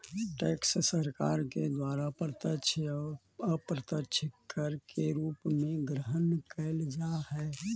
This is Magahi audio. टैक्स सरकार के द्वारा प्रत्यक्ष अउ अप्रत्यक्ष कर के रूप में ग्रहण कैल जा हई